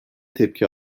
tepki